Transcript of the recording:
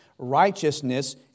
righteousness